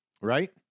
right